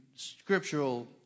Scriptural